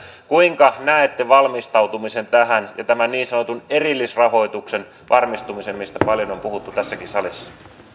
kuinka näette valmistautumisen tähän ja tämän niin sanotun erillisrahoituksen varmistumisen mistä paljon on puhuttu tässäkin salissa